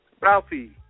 Ralphie